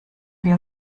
wir